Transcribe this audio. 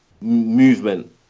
movement